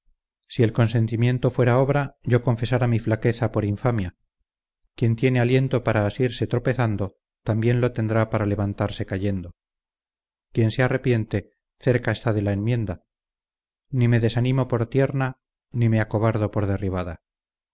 si el consentimiento fuera obra yo confesara mi flaqueza por infamia quien tiene aliento para asirse tropezando también lo tendrá para levantarse cayendo quien se arrepiente cerca está de la enmienda ni me desanimo por tierna ni me acobardo por derribada